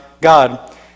God